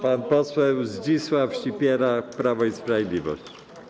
Pan poseł Zdzisław Sipiera, Prawo i Sprawiedliwość.